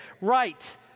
right